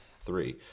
three